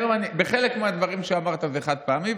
בחלק מהדברים שאמרת זה חד-פעמי,